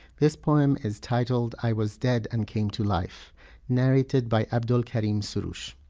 this poem is titled, i was dead and came to life narrated by abdul karim sorush.